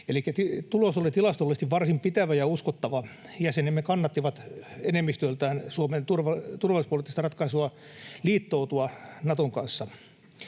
tulos oli tilastollisesti varsin pitävä ja uskottava. Jäsenemme kannattivat enemmistöltään Suomen turvallisuuspoliittista ratkaisua liittoutua Naton kanssa.